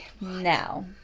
Now